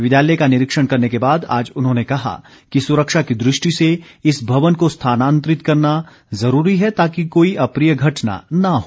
विद्यालय का निरीक्षण करने के बाद आज उन्होंने कहा कि सुरक्षा की दृष्टि से इस भवन को स्थानांतरित करना जरूरी है ताकि कोई अप्रिय घटना न हो